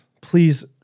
please